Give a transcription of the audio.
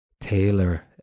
Taylor